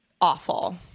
awful